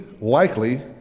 likely